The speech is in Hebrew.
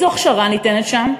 איזו הכשרה ניתנת שם?